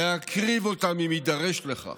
להקריב אותם אם יידרש לכך,